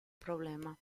problema